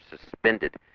suspended